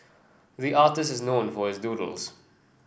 the artist is known for his doodles